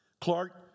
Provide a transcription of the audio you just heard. Clark